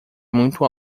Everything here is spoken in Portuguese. muito